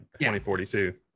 2042